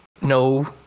No